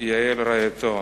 יעל רעייתו: